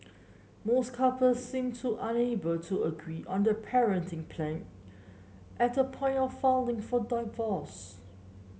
most couple seemed to unable to agree on the parenting plan at the point of falling for divorce